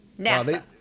NASA